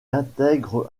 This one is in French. intègre